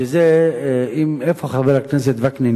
שזה, איפה חבר הכנסת וקנין?